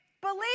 believe